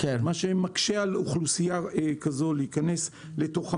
מה שמקשה על אוכלוסייה כזאת להיכנס לתוך המערכת.